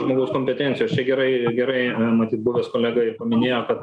žmogaus kompetencijos čia gerai gerai matyt buvęs kolega ir paminėjo kad